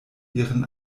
ihren